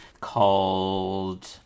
called